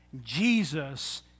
Jesus